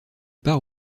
part